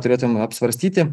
turėtų apsvarstyti